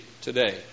today